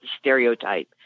stereotype